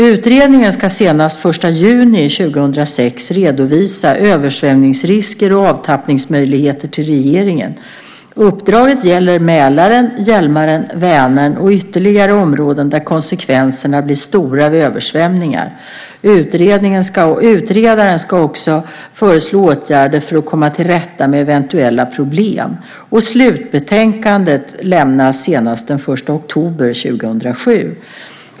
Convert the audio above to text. Utredningen ska senast den 1 juni 2006 redovisa översvämningsrisker och avtappningsmöjligheter till regeringen. Uppdraget gäller Mälaren, Hjälmaren, Vänern och ytterligare områden där konsekvenserna blir stora vid översvämningar. Utredaren ska också föreslå åtgärder för att komma till rätta med eventuella problem. Slutbetänkandet lämnas senast den 1 oktober 2007.